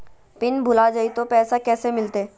Pin भूला जाई तो पैसा कैसे मिलते?